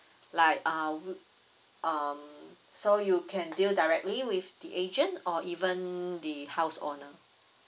like uh um so you can deal directly with the agent or even the house owner